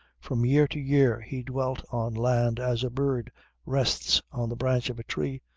from year to year he dwelt on land as a bird rests on the branch of a tree,